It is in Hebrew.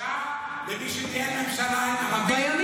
בושה למי שכיהן בממשלה עם ערבים והייתם שקטים על זה.